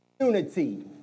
unity